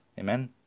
Amen